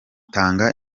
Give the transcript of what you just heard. tanga